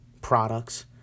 products